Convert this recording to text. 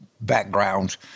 backgrounds